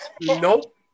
Nope